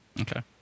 Okay